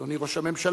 אדוני ראש הממשלה,